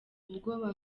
ubwoba